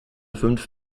fünf